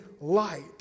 light